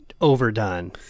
overdone